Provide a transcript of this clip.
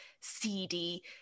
seedy